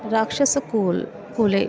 राक्षसकुल्ं कुले